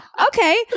Okay